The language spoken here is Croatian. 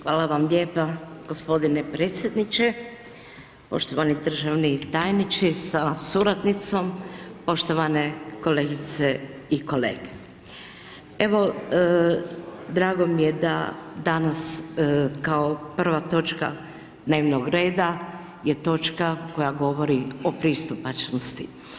Hvala vam lijepa gospodine predsjedniče, poštovani državni tajniče sa suradnicom, poštovane kolegice i kolege, evo drago mi je da danas kao prva točka dnevnog reda je točka koja govori o pristupačnosti.